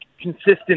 consistent